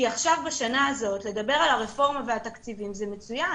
כי עכשיו בשנה הזאת לדבר על הרפורמה ועל תקציבים זה מצוין,